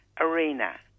arena